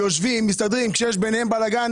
יושבים ומסתדרים וכשיש ביניהם בלגן,